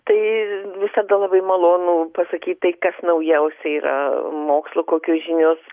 tai visada labai malonu pasakyt tai kas naujausia yra mokslo kokios žinios